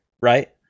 right